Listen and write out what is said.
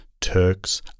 Turks